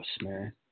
man